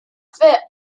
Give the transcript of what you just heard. fit